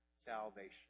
salvation